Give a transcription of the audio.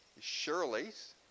Shirley's